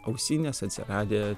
ausinės atsiradę